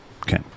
Okay